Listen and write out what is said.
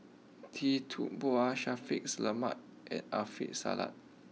Tee Tua Ba Shaffiq Selamat and Alfian Sa'at